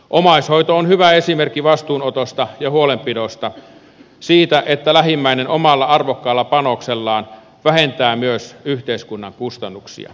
omaishoito on hyvä esimerkki vastuunotosta ja huolenpidosta siitä että lähimmäinen omalla arvokkaalla panoksellaan myös vähentää yhteiskunnan kustannuksia